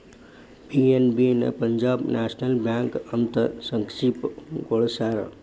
PNB ನ Punjab national bank ಅಂತ ಸಂಕ್ಷಿಪ್ತ ಗೊಳಸ್ಯಾರ